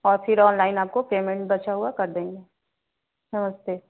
और फिर ऑनलाइन आपको पेमेंट बचा हुआ कर देंगे नमस्ते